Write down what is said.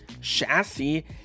chassis